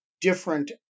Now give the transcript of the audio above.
different